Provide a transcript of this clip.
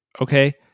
Okay